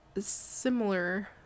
Similar